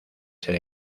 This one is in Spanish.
ser